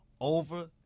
over